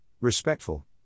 respectful